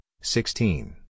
sixteen